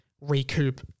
recoup